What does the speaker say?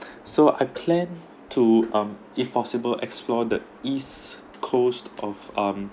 so I plan to um if possible explore the east coast of um